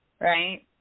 right